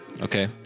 Okay